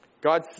God